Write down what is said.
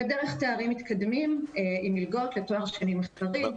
ודרך תארים מתקדמים עם מלגות לתואר שני מחקרים ולדוקטורנטים.